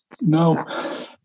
No